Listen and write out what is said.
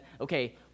Okay